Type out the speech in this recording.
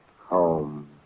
home